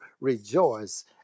rejoice